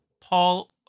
Paul